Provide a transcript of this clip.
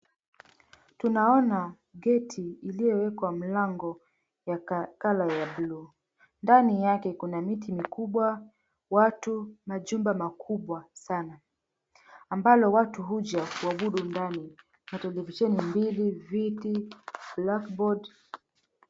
Tunaona geti iliyowekwa mlango ya colour ya bluu ndani yake kuna miti mikubwa, watu, majumba makubwa sana ambalo watu huja kuabudu ndani. Kuna televisheni mbili, viti, blackboard .